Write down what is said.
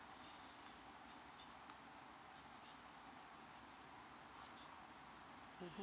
mm